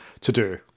to-do